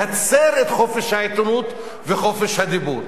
להצר את חופש העיתונות וחופש הדיבור.